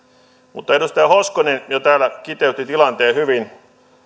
mutta edustaja hoskonen jo täällä kiteytti tilanteen hyvin